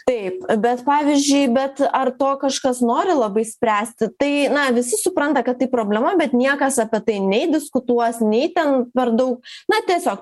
taip bet pavyzdžiui bet ar to kažkas nori labai spręsti tai na vis supranta kad tai problema bet niekas apie tai nei diskutuos nei ten per dau na tiesiog